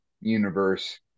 universe